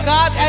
God